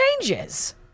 changes